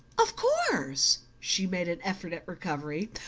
of course. she made an effort at recovery.